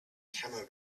camel